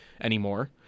anymore